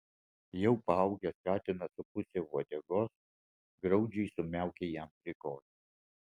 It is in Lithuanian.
jau paaugęs katinas su puse uodegos graudžiai sumiaukė jam prie kojų